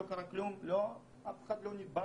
לא קרה כלום ואף אחד לא נדבק